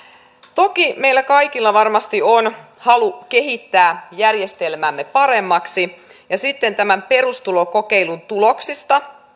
toki meillä kaikilla varmasti on halu kehittää järjestelmäämme paremmaksi ja sitten tämän perustulokokeilun tuloksista